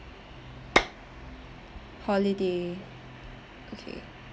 holiday okay